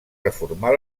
reformar